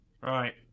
Right